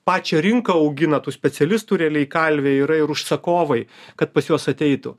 pačią rinką augina tų specialistų realiai kalvė yra ir užsakovai kad pas juos ateitų